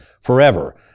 forever